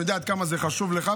אני יודע עד כמה זה חשוב לך,